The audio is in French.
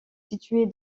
située